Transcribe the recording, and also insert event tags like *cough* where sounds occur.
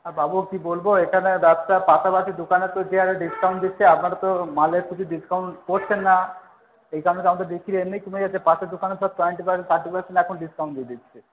আর বাবু কী বলব এখানে ব্যবসা পাশাপাশি দোকানে তো যে হারে ডিসকাউন্ট দিচ্ছে আপনার তো মালের *unintelligible* ডিসকাউন্ট করছেন না এই কারণে তো আমাদের বিক্রি এমনিই কমে গেছে পাশের দোকানে সব টোয়েন্টি *unintelligible* থার্টি পার্সেন্ট এখন ডিসকাউন্ট দিয়ে দিচ্ছে